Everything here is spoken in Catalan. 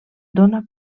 dóna